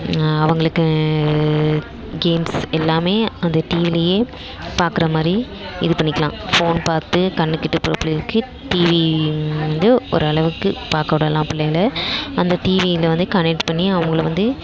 அவர்களுக்கு கேம்ஸ் எல்லாமே அந்த டிவியிலையே பார்க்குற மாதிரி இது பண்ணிக்கலாம் ஃபோன் பார்த்து கண் கெட்டு போகிற பிள்ளைகளுக்கு டிவி வந்து ஒரு அளவுக்கு பார்க்க விடலாம் பிள்ளைகளை அந்த டிவியில் வந்து கனைக்ட் பண்ணி அவங்களை வந்து